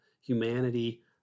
humanity